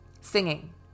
singing